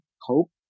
hope